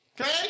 Okay